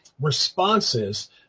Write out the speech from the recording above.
responses